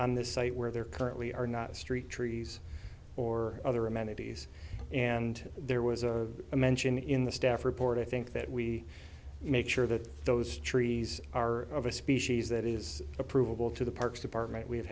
on this site where there currently are not street trees or other amenities and there was a mention in the staff report i think that we make sure that those trees are of a species that is provable to the parks department we have